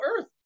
earth